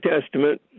Testament